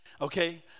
Okay